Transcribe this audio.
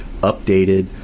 updated